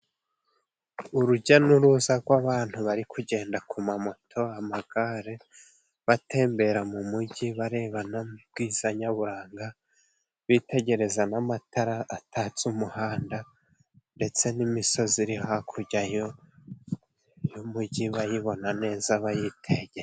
Urujya n'uruza rw'abantu bari kugenda ku mamoto ,amagare batembera mu mujyi bareba no mu bwiza nyaburanga, bitegereza n'amatara atatse umuhanda ndetse n'imisozi iri hakurya y'umujyi bayibona neza bayitegeye.